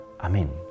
Amen